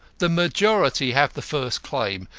the majority have the first claim.